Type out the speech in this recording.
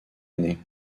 année